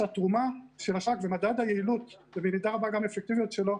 שהתרומה של --- במדד היעילות ומידה רבה גם אפקטיביות שלו,